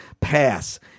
pass